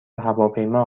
هواپیما